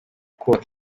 kubaka